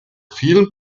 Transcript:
vielen